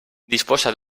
disposa